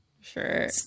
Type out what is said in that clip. Sure